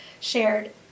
shared